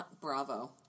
Bravo